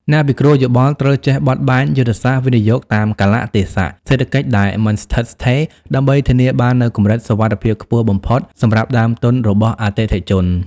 អ្នកពិគ្រោះយោបល់ត្រូវចេះបត់បែនយុទ្ធសាស្ត្រវិនិយោគតាមកាលៈទេសៈសេដ្ឋកិច្ចដែលមិនស្ថិតស្ថេរ ដើម្បីធានាបាននូវកម្រិតសុវត្ថិភាពខ្ពស់បំផុតសម្រាប់ដើមទុនរបស់អតិថិជន។